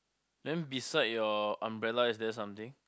then beside your umbrella is there something